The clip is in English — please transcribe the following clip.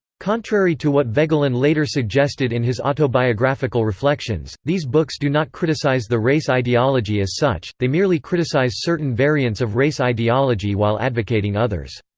contrary to what voegelin later suggested in his autobiographical reflections, these books do not criticise the race ideology as such they merely criticise certain variants of race ideology while advocating others.